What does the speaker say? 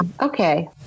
Okay